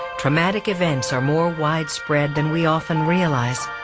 traumatic events are more widespread than we often realize.